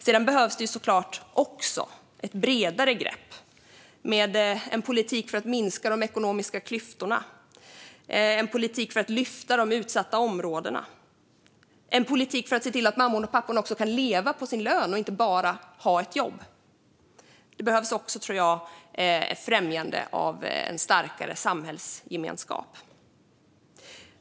Sedan behövs såklart också ett bredare grepp, med en politik för att minska de ekonomiska klyftorna, för att lyfta de utsatta bostadsområdena och för att se till att mammorna och papporna kan leva på sin lön och inte bara ha ett jobb. Det behövs också främjande av en starkare samhällsgemenskap.